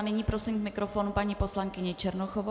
Nyní prosím k mikrofonu paní poslankyni Černochovou.